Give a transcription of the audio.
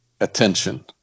attention